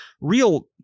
real